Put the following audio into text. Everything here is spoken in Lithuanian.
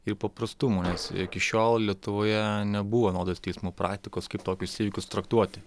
ir paprastumo nes iki šiol lietuvoje nebuvo vienodos teismų praktikos kaip tokius įvykius traktuoti